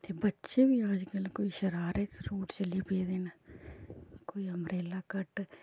ते बच्चे बी अज्जकल कोई शरारे सूट चली पेदे न कोई अंबरेला कट